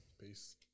peace